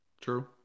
True